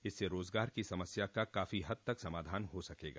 इससे रोजगार की समस्या का काफी हद तक समाधान हो सकेगा